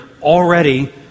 Already